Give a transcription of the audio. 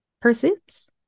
pursuits